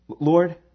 Lord